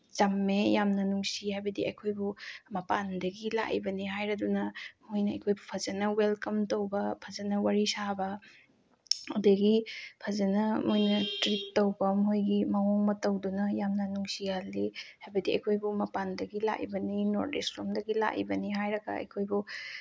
ꯆꯝꯃꯦ ꯌꯥꯝꯅ ꯅꯨꯡꯁꯤ ꯍꯥꯏꯕꯗꯤ ꯑꯩꯈꯣꯏꯕꯨ ꯃꯄꯥꯟꯗꯒꯤ ꯂꯥꯛꯏꯕꯅꯤ ꯍꯥꯏꯔꯗꯨꯅ ꯃꯣꯏꯅ ꯑꯩꯈꯣꯏꯕꯨ ꯐꯖꯅ ꯋꯦꯜꯀꯝ ꯇꯧꯕ ꯐꯖꯅ ꯋꯥꯔꯤ ꯁꯥꯕ ꯑꯗꯒꯤ ꯐꯖꯅ ꯃꯣꯏꯅ ꯇ꯭ꯔꯤꯠ ꯇꯧꯕ ꯃꯣꯏꯒꯤ ꯃꯑꯣꯡ ꯃꯇꯧꯗꯨꯅ ꯌꯥꯝꯅ ꯅꯨꯡꯁꯤꯍꯜꯂꯤ ꯍꯥꯏꯕꯗꯤ ꯑꯩꯈꯣꯏꯕꯨ ꯃꯄꯥꯟꯗꯒꯤ ꯂꯥꯛꯏꯕꯅꯤ ꯅꯣꯔꯠ ꯏꯁ ꯂꯣꯝꯗꯒꯤ ꯂꯥꯛꯏꯕꯅꯤ ꯍꯥꯏꯔꯒ ꯑꯩꯈꯣꯏꯕꯨ